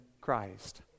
Christ